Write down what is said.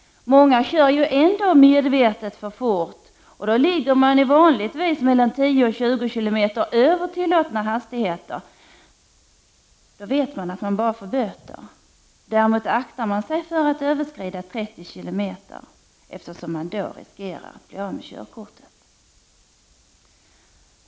Många kör ändå medvetet för fort, och då ligger man vanligtvis 10-20 km över tillåtna hastigheter; då vet man att man bara får böter. Däremot aktar man sig för att överskrida med mer än 30 km, eftersom man då riskerar körkortet.